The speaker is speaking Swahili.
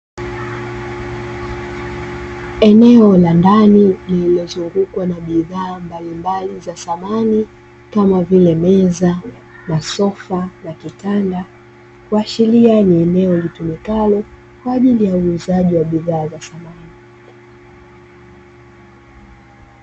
Eneo la ndani lililozungukwa na bidhaa mbalimbali za samani kama vile meza, masofa na kitanda kuashiria ni eneo litumikalo kwa ajili ya uuzaji wa bidhaa za samani.